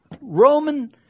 Roman